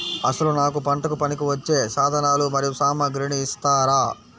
అసలు నాకు పంటకు పనికివచ్చే సాధనాలు మరియు సామగ్రిని ఇస్తారా?